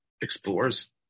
explores